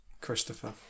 Christopher